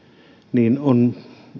on